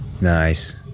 Nice